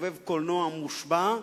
כחובב קולנוע מושבע,